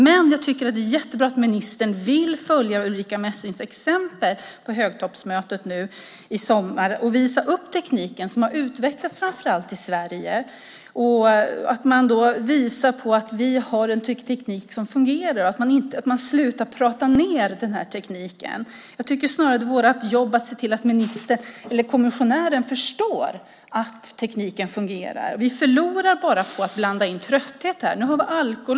Men jag tycker att det är jättebra att ministern vill följa Ulrica Messings exempel på toppmötet nu i sommar och visa upp den teknik som har utvecklats framför allt i Sverige. Då kan man visa att vi har en teknik som fungerar så att man slutar prata ned den här tekniken. Jag tycker snarare att det är vårt jobb att se till att kommissionären förstår att tekniken fungerar. Vi förlorar bara på att blanda in trötthet här. Nu har vi alkolås.